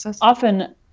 often